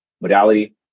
modality